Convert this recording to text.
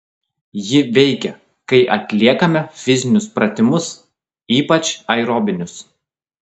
ji veikia kai atliekame fizinius pratimus ypač aerobinius